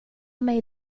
mig